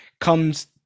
comes